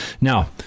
Now